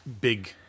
Big